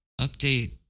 update